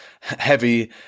heavy